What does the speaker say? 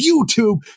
YouTube